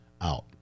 out